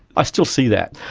i still see that.